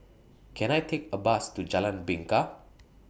Can I Take A Bus to Jalan Bingka